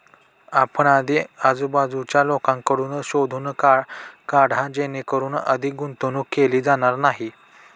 आपण आधी आजूबाजूच्या लोकांकडून शोधून काढा जेणेकरून अधिक गुंतवणूक केली जाणार नाही